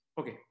okay